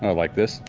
um like this?